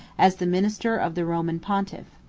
as the minister of the roman pontiff.